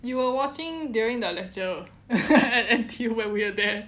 you were watching during the lecture until when we're there